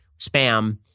spam